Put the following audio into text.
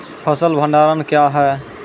फसल भंडारण क्या हैं?